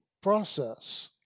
process